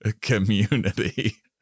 community